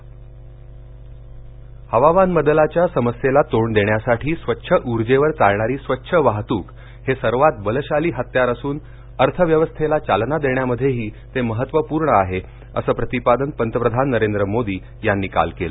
पंतप्रधान हवामान बदलाच्या समस्येला तोंड देण्यासाठी स्वच्छ ऊर्जेवर चालणारी स्वच्छ वाहतूक हे सर्वात बलशाली हत्यार असून अर्थव्यवस्थेला चालना देण्यामध्येही ते महत्त्वपूर्ण आहे असं प्रतिपादन पंतप्रधान नरेंद्र मोदी यांनी काल केलं